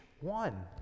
one